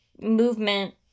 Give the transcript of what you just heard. movement